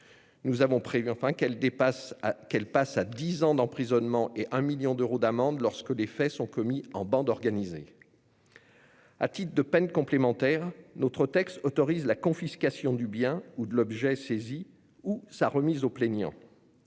Nous avons prévu enfin qu'elles passent à dix ans d'emprisonnement et 1 million d'euros d'amende lorsque les faits sont commis en bande organisée. À titre de peine complémentaire, notre texte autorise la confiscation du bien ou de l'objet saisi ou sa remise au plaignant.